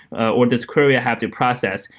or this query i have to process.